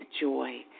joy